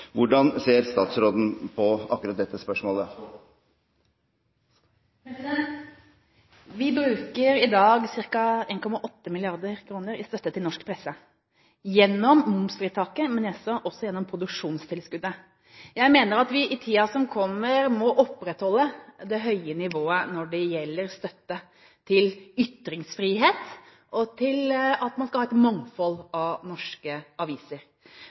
Hvordan ser statsråden på akkurat dette spørsmålet? Vi bruker i dag ca. 1,8 mrd. kr i støtte til norsk presse gjennom momsfritaket, men også gjennom produksjonstilskuddet. Jeg mener at vi i tiden som kommer, må opprettholde det høye nivået når det gjelder støtte til ytringsfrihet og til at man skal ha et mangfold av norske aviser.